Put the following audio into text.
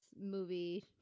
movie